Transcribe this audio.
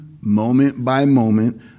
moment-by-moment